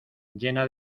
llena